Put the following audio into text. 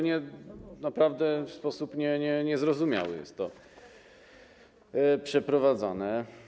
Naprawdę w sposób zupełnie niezrozumiały jest to przeprowadzane.